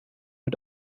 mit